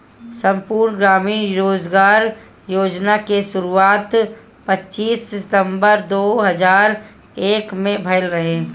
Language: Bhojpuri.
संपूर्ण ग्रामीण रोजगार योजना के शुरुआत पच्चीस सितंबर दो हज़ार एक में भइल रहे